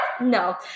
No